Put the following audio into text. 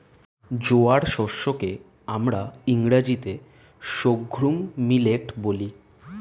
জোয়ার শস্য কে আমরা ইংরেজিতে সর্ঘুম মিলেট বলি